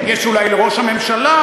יש אולי לראש הממשלה.